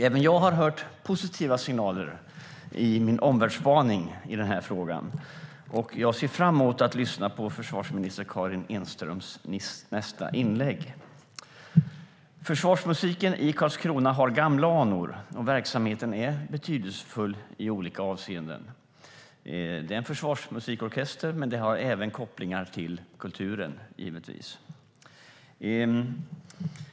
Även jag har fått positiva signaler i den här frågan under min omvärldsspaning, och jag ser fram emot att lyssna på försvarsminister Karin Enströms nästa inlägg. Försvarsmusiken i Karlskrona har gamla anor, och verksamheten är betydelsefull i olika avseenden. Det är en försvarsmusikorkester, men den har givetvis även kopplingar till kulturen.